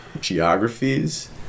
geographies